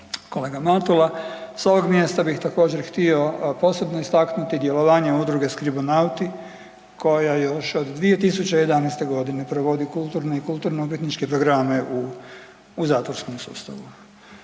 kolega Matula, s ovog mjesta bih također, htio posebno istaknuti djelovanje Udruge Skribonauti koja još od 2011. g. provodi kulturne i kulturno-umjetničke programe u zatvorskom sustavu.